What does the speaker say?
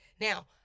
Now